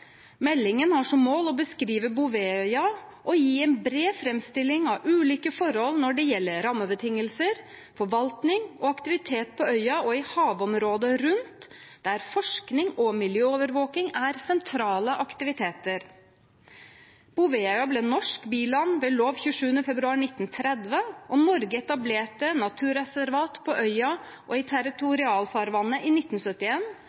Meldingen har som mål å beskrive Bouvetøya og gi en bred framstilling av ulike forhold når det gjelder rammebetingelser, forvaltning og aktivitet på øya og i havområdet rundt, der forskning og miljøovervåkning er sentrale aktiviteter. Bouvetøya ble norsk biland ved lov 27. februar 1930, og Norge etablerte naturreservat på øya og i territorialfarvannet i